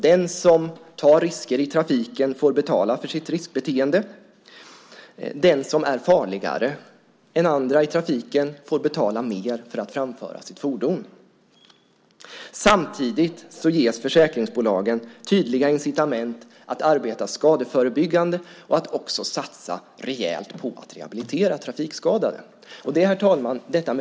Den som tar risker i trafiken får betala för sitt riskbeteende. Den som är farligare än andra i trafiken får betala mer för att framföra sitt fordon. Samtidigt ges försäkringsbolagen tydliga incitament att arbeta skadeförebyggande och att också satsa rejält på att rehabilitera trafikskadade.